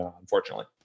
unfortunately